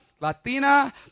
latina